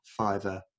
Fiverr